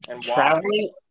Traveling